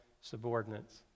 subordinates